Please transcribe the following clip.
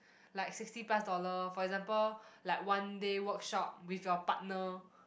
like sixty plus dollar for example like one day workshop with your partner